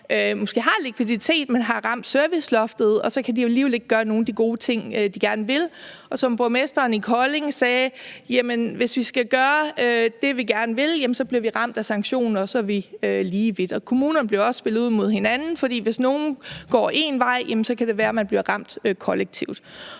måske har likviditet, men har ramt serviceloftet, hvor de så alligevel ikke kan gøre nogle af de gode ting, de gerne vil. Som borgmesteren i Kolding sagde: Hvis vi skal gøre det, vi gerne vil, bliver vi ramt af sanktioner, og så er vi lige vidt. Kommunerne bliver også spillet ud mod hinanden, for hvis nogen går en vej, kan det være, man bliver ramt kollektivt.